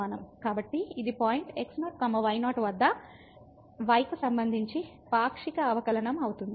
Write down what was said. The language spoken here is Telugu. కాబట్టి ఇది పాయింట్ x0 y0 వద్ద y కు సంబంధించి పాక్షిక అవకలనంఅవుతుంది